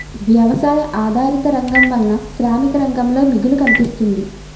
వ్యవసాయ ఆధారిత రంగం వలన శ్రామిక రంగంలో మిగులు కనిపిస్తుంది